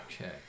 Okay